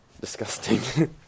Disgusting